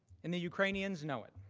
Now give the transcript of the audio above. and the ukrainians know it.